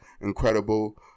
incredible